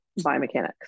biomechanics